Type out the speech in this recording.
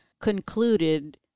concluded